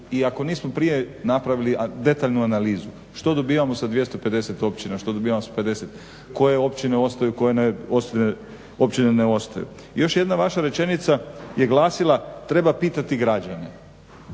i ako nismo prije napravili detaljnu analizu. Što dobivamo sa 250 općina, što dobivamo s 50, koje općine ostaju, koje općine ne ostaju. Još jedna vaša rečenica je glasila, treba pitati građane.